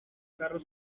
carros